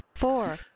four